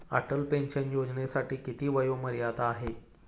Atal pension योजनेसाठी किती वयोमर्यादा आहे?